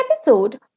episode